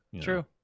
true